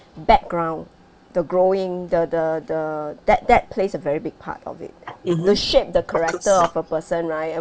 background the growing the the the that that plays a very big part of it to shape the character of a person right and